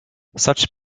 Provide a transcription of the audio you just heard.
such